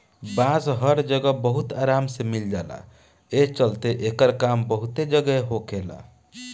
बांस हर जगह बहुत आराम से मिल जाला, ए चलते एकर काम बहुते जगह होखेला